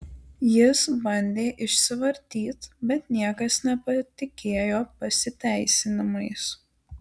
jis bandė išsivartyt bet niekas nepatikėjo pasiteisinimais